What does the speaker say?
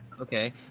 Okay